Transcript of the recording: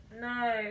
No